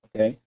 okay